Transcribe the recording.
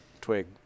twig